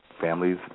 families